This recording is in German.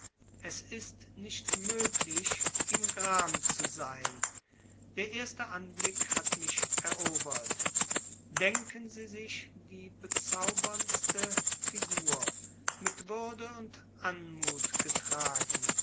es ist nicht möglich ihm gram zu sein der erste anblick hat mich erobert denken sie sich die bezauberndste figur mit würde und anmut getragen